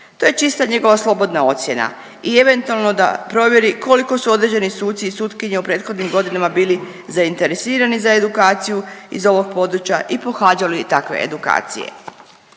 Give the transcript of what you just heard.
To je čista njegova slobodna ocjena i eventualno da provjeri koliko su određeni suci i sutkinje u prethodnim godinama bili zainteresirani za edukaciju iz ovog područja i pohađali takve edukacije.